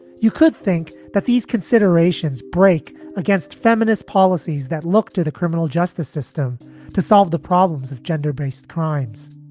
you could think that these considerations break against feminist policies that look to the criminal justice system to solve the problems of gender based crimes